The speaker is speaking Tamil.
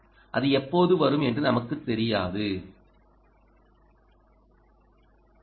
அது எப்போது வரும் என்று நமக்குத் தெரியாது எனக் கொள்வோம்